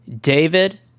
David